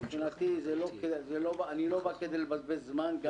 מבחינתי אני לא בא כדי לבזבז זמן,